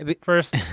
first